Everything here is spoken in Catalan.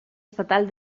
estatal